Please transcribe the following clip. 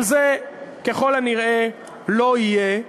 אבל זה ככל הנראה לא יהיה,